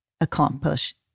accomplish